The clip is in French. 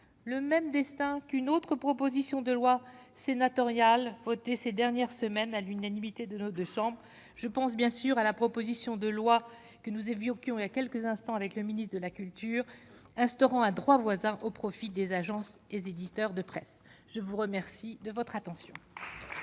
le même destin qu'une autre proposition de loi. Sénatoriales voté ces dernières semaines à l'unanimité de lots de sang je pense bien sûr à la proposition de loi que nous et vieux qui ont quelques instants avec le ministre de la culture, instaurant un droit voisin au profit des agences et éditeurs de presse, je vous remercie de votre attention.